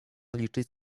liczyć